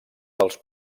dels